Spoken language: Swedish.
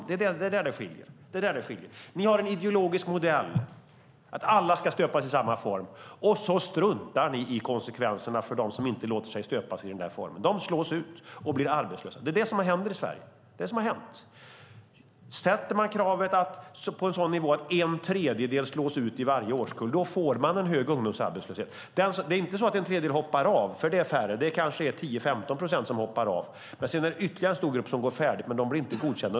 Det är där det skiljer. Ni har en ideologisk modell där alla ska stöpas i samma form, och så struntar ni i konsekvenserna för dem som inte låter sig stöpas i den formen. De slås ut och blir arbetslösa. Det är det som har hänt i Sverige. Sätter man kravet på en sådan nivå att en tredjedel slås ut i varje årskull får man en hög ungdomsarbetslöshet. Det är inte så att en tredjedel hoppar av, utan det är färre. Det kanske är 10-15 procent som hoppar av, men sedan är det ytterligare en stor grupp som går färdigt men inte blir godkända.